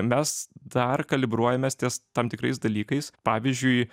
mes dar kalibruojamės ties tam tikrais dalykais pavyzdžiui